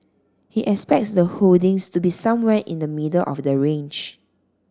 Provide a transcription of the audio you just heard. he expects the holdings to be somewhere in the middle of the range